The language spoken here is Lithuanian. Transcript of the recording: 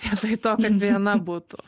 vietoj to kad viena būtų